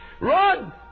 Run